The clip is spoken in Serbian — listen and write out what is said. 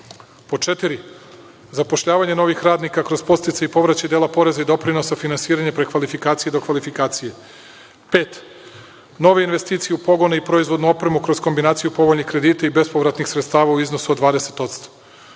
Pod četiri – zapošljavanje novih radnika kroz podsticaj i povraćaj dela poreza i doprinosa, finansiranjem prekvalifikacije i dokvalifikacije. Pod pet – nove investicije u pogone i proizvodnu opremu kroz kombinaciju povoljnih kredita i bespovratnih sredstava u iznosu od 20%.